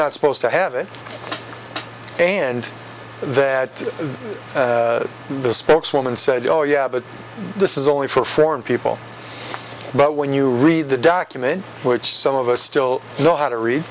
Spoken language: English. not supposed to have it and that the spokeswoman said oh yeah but this is only for foreign people but when you read the document which some of us still know how to read